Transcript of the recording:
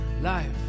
life